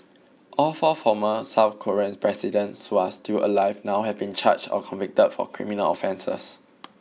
all four former South Korean presidents who are still alive have now been charged or convicted for criminal offences